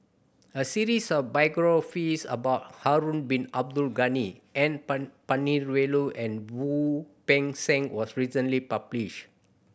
a series of biographies about Harun Bin Abdul Ghani N Palanivelu and Wu Peng Seng was recently published